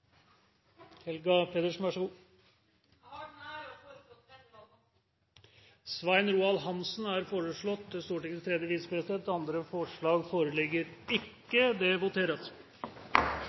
er foreslått valgt til Stortingets første visepresident. Andre forslag foreligger ikke. Det